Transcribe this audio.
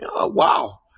wow